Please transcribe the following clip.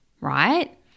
right